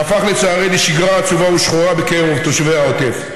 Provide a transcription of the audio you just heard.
שהפך לצערי לשגרה עצובה ושחורה בקרב תושבי העוטף.